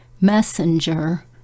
messenger